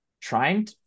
trying